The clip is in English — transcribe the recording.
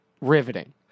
riveting